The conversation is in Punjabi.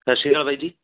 ਸਤਿ ਸ਼੍ਰੀ ਅਕਾਲ ਬਾਈ ਜੀ